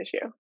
issue